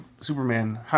Superman